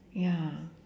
ya